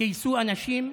גייסו אנשים,